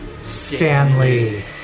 Stanley